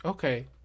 Okay